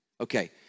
Okay